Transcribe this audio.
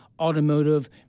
automotive